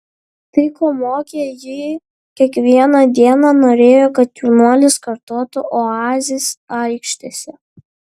tai ko mokė jį kiekvieną dieną norėjo kad jaunuolis kartotų oazės aikštėse